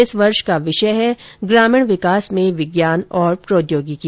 इस वर्ष का विषय है ग्रामीण विकास में विज्ञान और प्रोद्योगिकी